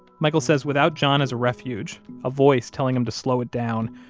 michael says without john as a refuge, a voice telling him to slow it down,